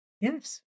Yes